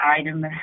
item